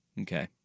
Okay